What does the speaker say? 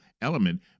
element